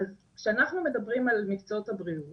אז כשאנחנו מדברים על מקצועות הבריאות